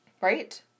Right